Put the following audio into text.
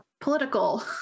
political